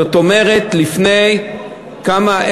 זאת אומרת, כמה?